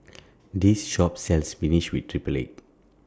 This Shop sells Spinach with Triple Egg